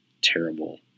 terrible